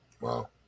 Wow